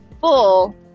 full